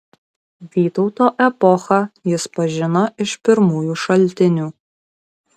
vytauto epochą jis pažino iš pirmųjų šaltinių